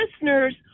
listeners